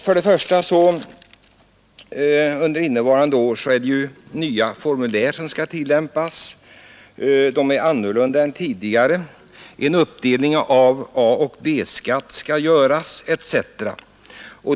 I år skall nya formulär tillämpas. De är annorlunda utformade än tidigare blanketter. En uppdelning av A och B-skatt skall göras etc.